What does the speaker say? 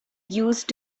used